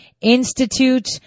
Institute